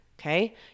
Okay